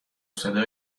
صدا